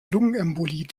lungenembolie